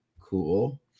Cool